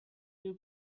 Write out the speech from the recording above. you